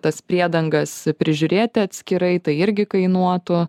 tas priedangas prižiūrėti atskirai tai irgi kainuotų